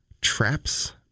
Traps